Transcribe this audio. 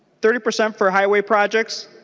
thirty percent for highway projects